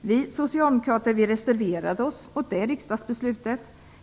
Vi socialdemokrater reserverade oss mot det riksdagsbeslutet.